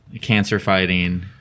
Cancer-fighting